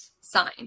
sign